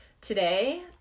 today